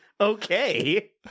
okay